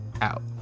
out